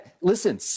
Listen